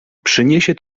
przyniesie